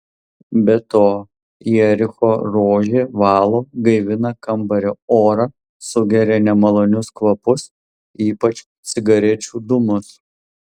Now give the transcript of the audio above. be to jericho rožė valo gaivina kambario orą sugeria nemalonius kvapus ypač cigarečių dūmus